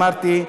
אמרתי,